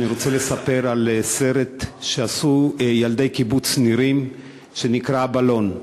אני רוצה לספר על סרט שעשו ילדי קיבוץ נירים שנקרא "הבלון".